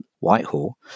whitehall